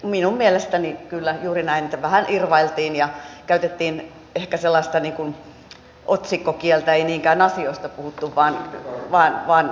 minun mielestäni kyllä juuri näin vähän irvailtiin ja käytettiin ehkä sellaista otsikkokieltä ei niinkään asioista puhuttu vaan